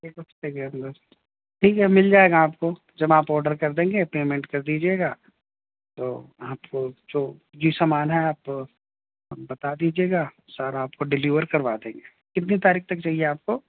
ایک ہفتے کے اندر ٹھیک ہے مل جائے گا آپ کو جب آپ آڈر کر دیں گے پیمنٹ کر دیجیے گا تو آپ کو جو یہ سامان ہے آپ ہم بتا دیجیے گا سارا آپ کو ڈلیور کروا دیں گے کتنی تاریخ تک چاہیے آپ کو